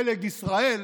פלג ישראל,